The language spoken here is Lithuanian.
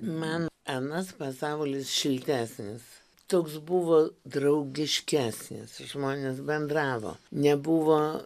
man anas pasaulis šiltesnis toks buvo draugiškesnis žmonės bendravo nebuvo